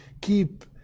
Keep